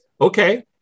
okay